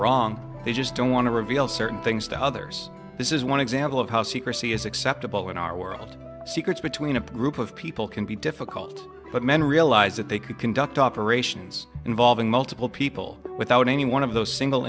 wrong they just don't want to reveal certain things to others this is one example of how secrecy is acceptable in our world secrets between a group of people can be difficult but men realize that they could conduct operations involving multiple people without any one of those single